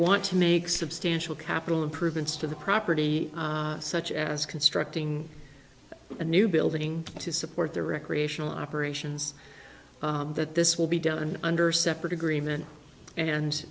want to make substantial capital improvements to the property such as constructing a new building to support their recreational operations that this will be done under separate agreement and